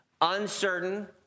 uncertain